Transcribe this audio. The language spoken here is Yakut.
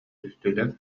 түстүлэр